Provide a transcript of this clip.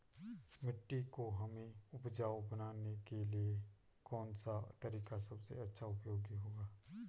मिट्टी को हमें उपजाऊ बनाने के लिए कौन सा तरीका सबसे अच्छा उपयोगी होगा?